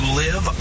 live